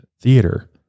theater